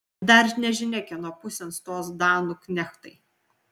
dar nežinia kieno pusėn stos danų knechtai